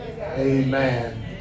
Amen